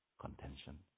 contention